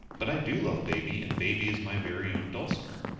but i do love baby, and baby is my very own dulcimer.